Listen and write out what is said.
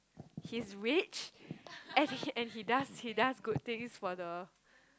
he's rich and he and he does he does good things for the